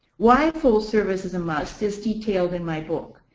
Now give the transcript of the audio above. why full service is a must is detailed in my book.